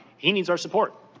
he needs our support.